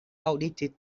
outdated